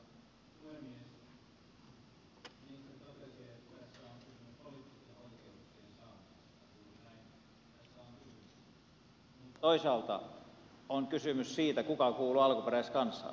mutta toisaalta on kysymys siitä kuka kuuluu alkuperäiskansaan